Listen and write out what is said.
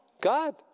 God